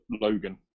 Logan